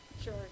Sure